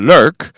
Lurk